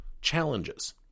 challenges